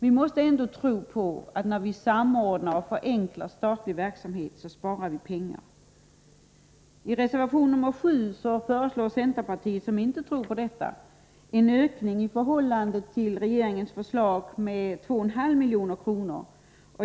Vi måste ändå tro att vi när vi samordnar och förenklar statlig verksamhet också sparar pengar. I reservation nr 7 föreslår centerpartiet, som inte tror på detta, en ökning i förhållande till regeringens förslag med 2,5 milj.kr.